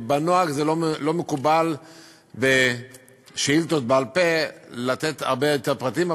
בנוהג לא מקובל בשאילתות בעל-פה לתת הרבה יותר פרטים,